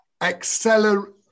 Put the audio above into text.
Accelerate